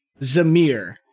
Zamir